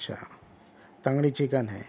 اچھا تنگڑی چِکن ہے